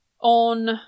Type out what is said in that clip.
on